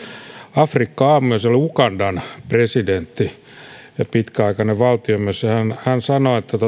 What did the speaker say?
afrikka aamu ja siellä oli ugandan presidentti pitkäaikainen valtiomies ja hän hän sanoi että